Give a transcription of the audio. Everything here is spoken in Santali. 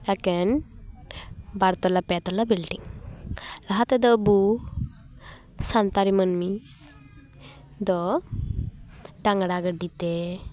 ᱮᱠᱮᱱ ᱵᱟᱨ ᱛᱟᱞᱟ ᱯᱮ ᱛᱟᱞᱟ ᱵᱤᱞᱰᱤᱝ ᱞᱟᱦᱟ ᱛᱮᱫᱚ ᱟᱵᱚ ᱥᱟᱱᱛᱟᱲᱤ ᱢᱟᱹᱱᱢᱤ ᱫᱚ ᱰᱟᱝᱨᱟ ᱜᱟᱹᱰᱤᱛᱮ